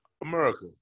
America